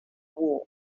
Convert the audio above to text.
war